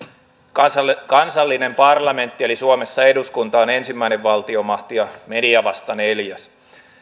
kansallinen kansallinen parlamentti eli suomessa eduskunta on ensimmäinen valtiomahti ja media vasta neljäs